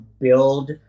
build